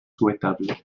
souhaitable